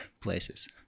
places